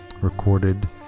recorded